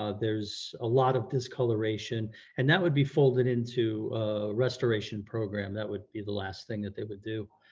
ah there's a lot of discoloration and that would be folded into a restoration program, that would be the last thing that they would do.